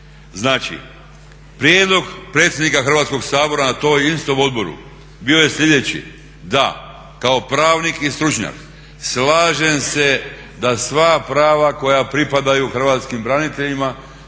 Znači, prijedlog predsjednika Hrvatskog sabora na tom istom odboru bio je slijedeći, da kao pravnik i stručnjak slažem se da sva prava koja pripadaju Hrvatskim braniteljima